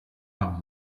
par